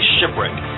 Shipwreck